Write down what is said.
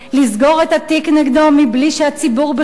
לסגור את התיק נגדו בלי שהציבור בכלל